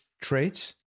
traits